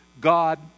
God